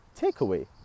takeaway